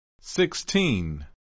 Sixteen